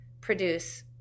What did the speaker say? produce